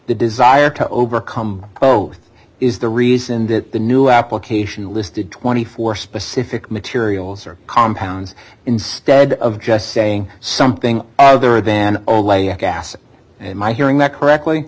the desire to overcome so is the reason that the new application listed twenty four specific materials or compounds instead of just saying something other than oleic acid and my hearing that correctly